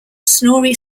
snorri